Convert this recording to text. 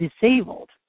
disabled